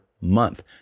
month